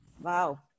Wow